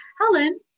Helen